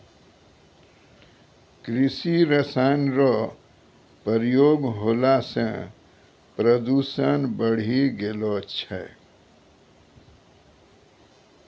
कृषि रसायन रो प्रयोग होला से प्रदूषण बढ़ी गेलो छै